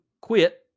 quit